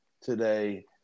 today